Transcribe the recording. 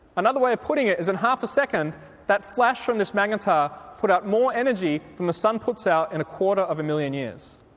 another way of putting it is that in half a second that flash from this magnetar put out more energy than the sun puts out in a quarter of a million years.